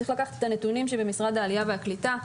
צריך לקחת את הנתונים שבמשרד העלייה והקליטה,